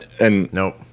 Nope